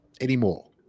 anymore